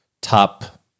top